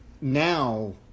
now